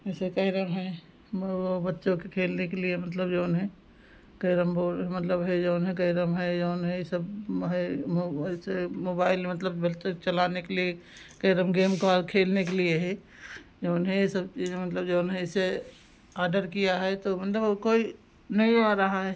ऐसे कैरम है बच्चों के खेलने के लिए मतलब जो है कैरम बोर्ड मतलब है जो है कैरम है जो है यह सब है वैसे मोबाइल मतलब बच्चों चलाने के लिए कैरम गेम को और खेलने के लिए हे जो है यह सब चीज़ मतलब जो है ऐसे आडर किया है तो मतलब और कोई नहीं आ रहा है